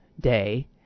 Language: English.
Day